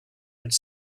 could